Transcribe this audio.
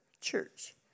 church